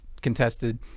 contested